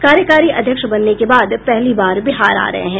कार्यकारी अध्यक्ष बनने के बाद पहली बार बिहार आ रहे हैं